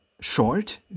short